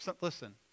Listen